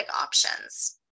options